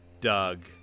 Doug